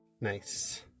nice